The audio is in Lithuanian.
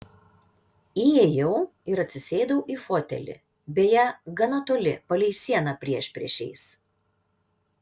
įėjau ir atsisėdau į fotelį beje gana toli palei sieną priešpriešiais